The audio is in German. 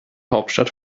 hauptstadt